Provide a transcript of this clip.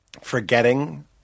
forgetting